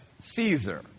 Caesar